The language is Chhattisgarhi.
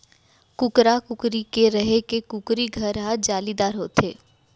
कुकरा, कुकरी के रहें के कुकरी घर हर जालीदार होथे